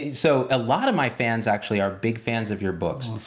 so a lot of my fans actually are big fans of your books.